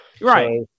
Right